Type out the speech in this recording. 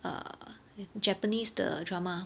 err japanese 的 drama